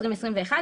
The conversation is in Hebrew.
התשפ"א 2020‏,